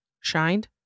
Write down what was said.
shined